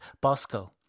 Bosco